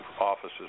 offices